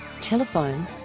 Telephone